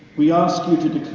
we ask you